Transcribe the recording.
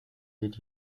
did